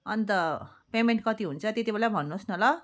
अन्त पेमेन्ट कति हुन्छ त्यति बेलै भन्नुहोस् न ल